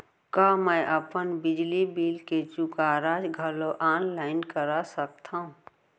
का मैं अपन बिजली बिल के चुकारा घलो ऑनलाइन करा सकथव?